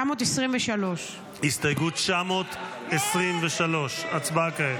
923. הסתייגות 923, הצבעה כעת.